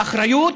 האחריות